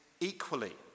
equally